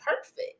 perfect